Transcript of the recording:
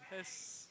yes